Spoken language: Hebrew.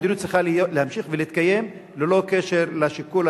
המדיניות צריכה להמשיך ולהתקיים ללא קשר לשיקול